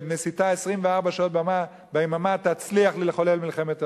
שמסיתה 24 שעות ביממה, תצליח לחולל מלחמת אחים,